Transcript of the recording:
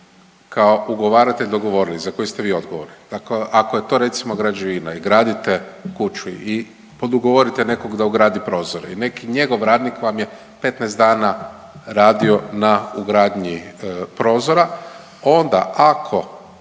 kao ugovaratelj dogovorili za koji ste vi odgovorni. Dakle, ako je to recimo građevina i gradite kuću i ugovorite nekog da ugradi prozore i neki njegov radnik vam je 15 dana radio na ugradnji prozora onda ako